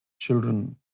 children